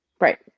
Right